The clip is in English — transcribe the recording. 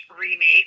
Remake